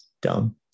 Dumb